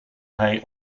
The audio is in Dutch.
hij